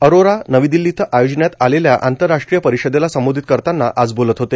अरोरा नवी दिल्ली इथं आयोजिण्यात आलेल्या आंतरराष्ट्रीय परिषदेला संबोधित करतांना आज बोलत होते